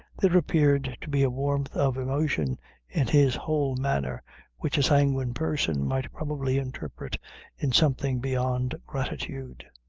there appeared to be a warmth of emotion in his whole manner which a sanguine person might probably interpret in something beyond gratitude.